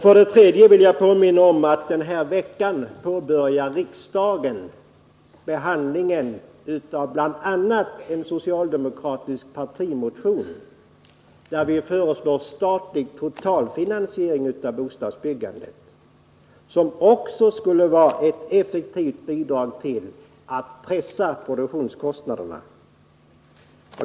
Jag vill vidare påminna om att riksdagen den här veckan påbörjar behandlingen av bl.a. en socialdemokratisk partimotion där vi föreslår statlig totalfinansiering av bostadsbyggandet. Detta skulle vara ett effektivt bidrag till att pressa produktionskostnaderna.